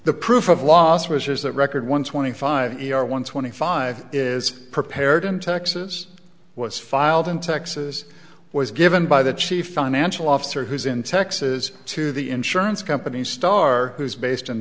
the proof of loss which is that record one twenty five or one twenty five is prepared in texas was filed in texas was given by the chief financial officer who's in texas to the insurance company star who's based in